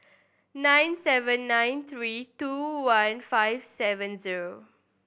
nine seven nine three two one five seven zero